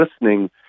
listening